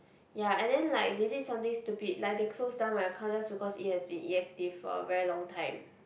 ya and then like they did something stupid like they close down my account just because it has been inactive for a very long time